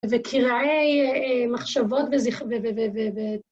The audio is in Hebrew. וקירעי מחשבות ו...